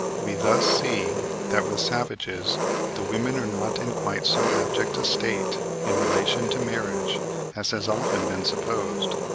we thus see that with savages the women are not in quite so abject a state in relation to marriage as has often been supposed.